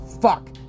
fuck